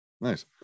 Nice